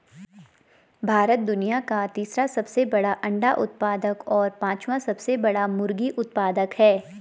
भारत दुनिया का तीसरा सबसे बड़ा अंडा उत्पादक और पांचवां सबसे बड़ा मुर्गी उत्पादक है